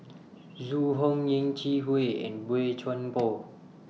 Zhu Hong Yeh Chi Wei and Boey Chuan Poh